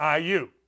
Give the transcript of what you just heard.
IU